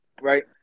right